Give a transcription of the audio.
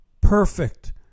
perfect